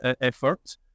effort